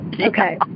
Okay